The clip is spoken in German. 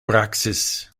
praxis